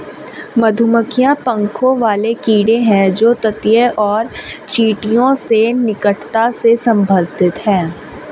मधुमक्खियां पंखों वाले कीड़े हैं जो ततैया और चींटियों से निकटता से संबंधित हैं